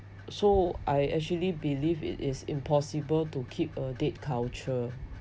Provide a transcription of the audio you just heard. so I actually believe it is impossible to keep a dead culture